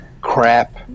crap